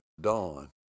Dawn